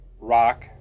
rock